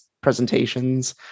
presentations